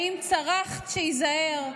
// האם צרחת שייזהר,